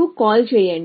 కు కాల్ చేయండి